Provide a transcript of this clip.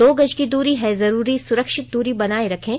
दो गज की दूरी है जरूरी सुरक्षित दूरी बनाए रखें